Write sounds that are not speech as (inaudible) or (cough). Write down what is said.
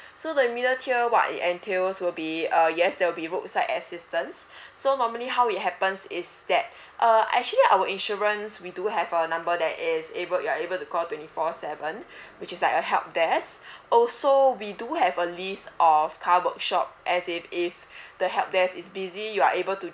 so the middle tier what it entails will be uh yes there'll be roadside assistance (breath) so normally how it happens is that uh actually our insurance we do have a number that is able you are able to call twenty four seven (breath) which is like a help desk (breath) also we do have a list of car workshop as in if the help desk is busy you are able to